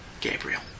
Gabriel